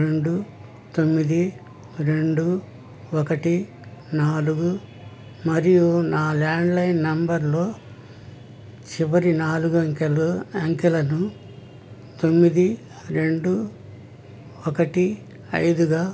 రెండు తొమ్మిది రెండు ఒకటి నాలుగు మరియు నా ల్యాండ్లైన్ నెంబర్లో చివరి నాలుగు అంకెలు అంకెలను తొమ్మిది రెండు ఒకటి ఐదుగా